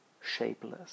shapeless